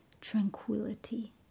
tranquility